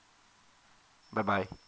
bye bye